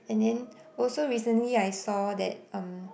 and then also recently I saw that um